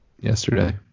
yesterday